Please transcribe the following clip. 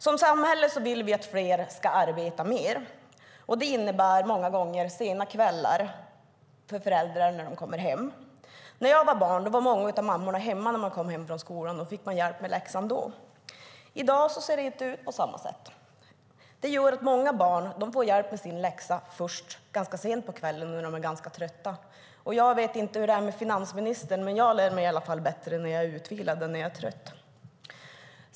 Som samhälle vill vi att fler ska arbeta mer, och det innebär många gånger sena kvällar för föräldrar när de kommer hem. När jag var barn var många av mammorna hemma när man kom hem från skolan, och man fick hjälp med läxan då. I dag ser det inte ut på samma sätt. Det gör att många barn får hjälp med sin läxa först sent på kvällen när de är ganska trötta. Jag vet inte hur det är med finansministern, men jag lär mig i alla fall bättre när jag är utvilad än när jag är trött.